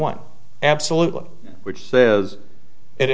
one absolutely which says it